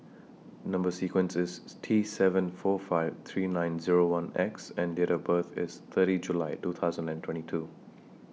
Number sequence IS T seven four five three nine Zero one X and Date of birth IS thirty July two thousand and twenty two